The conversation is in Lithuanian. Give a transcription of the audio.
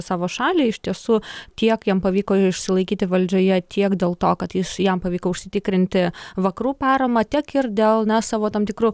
savo šalį iš tiesų tiek jam pavyko išsilaikyti valdžioje tiek dėl to kad jis jam pavyko užsitikrinti vakarų paramą tiek ir dėl na savo tam tikrų